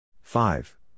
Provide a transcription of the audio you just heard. five